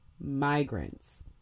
migrants